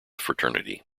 fraternity